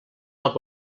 alt